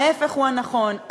ההפך הוא הנכון.